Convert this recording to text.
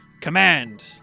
Command